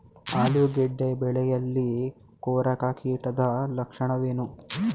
ಆಲೂಗೆಡ್ಡೆ ಬೆಳೆಯಲ್ಲಿ ಕೊರಕ ಕೀಟದ ಲಕ್ಷಣವೇನು?